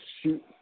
shoot